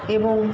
এবং